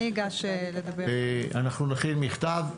אנחנו נכין מכתב,